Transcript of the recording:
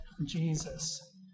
Jesus